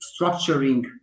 structuring